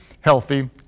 healthy